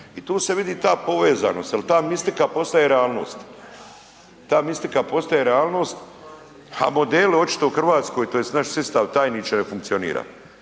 I tu se vidi ta povezanost jer ta mistika postaje realnost. Ta mistika postaje realnost, a modeli očito u Hrvatskoj tj. naš sustav tajniče ne funkcionira.